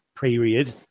period